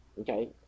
okay